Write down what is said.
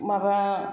माबा